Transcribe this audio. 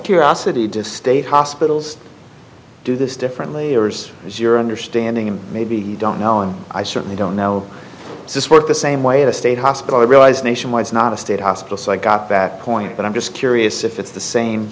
curiosity to state hospitals do this differently yours is your understanding and maybe you don't know and i certainly don't know what the same way the state hospital realized nationwide's not a state hospital so i got that point but i'm just curious if it's the same